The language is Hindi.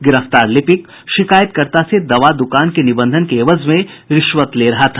गिरफ्तार लिपिक शिकायतकर्ता से दवा दुकान के निबंधन के एवज में रिश्वत ले रहा था